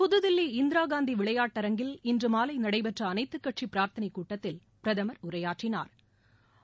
புதுதில்லி இந்திராகாந்தி விளையாட்டரங்கில் இன்று மாலை நடைபெற்ற அனைத்துக் கட்சி பிராா்த்தனைக் கூட்டத்தில் பிரதமர் உரையாற்றினாா்